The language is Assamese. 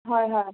হয় হয়